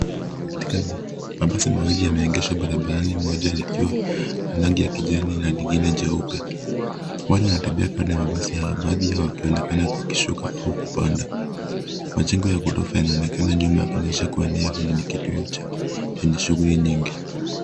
Mabasi mawili ya yameegeshwa barabarani moja likiwa na rangi ya kijani na lingine jeupe watu wanatembea kati ya mabasi hayo walionekana kukishuka au kukipanda . Majengo ya ghorofa yanaonekana nyuma kuonyesha kuwa ni kituo chenye Shughuli nyingi